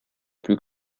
plus